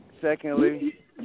Secondly